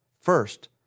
First